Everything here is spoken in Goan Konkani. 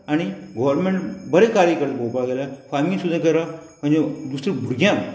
आनी गोवोरमेंट बरें कार्य करून पळोवपाक गेल्यार फार्मींग सुद्दां करप म्हणजे दुसऱ्या भुरग्यांक